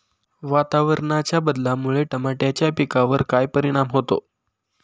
वातावरणाच्या बदलामुळे टमाट्याच्या पिकावर काय परिणाम होतो?